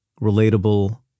relatable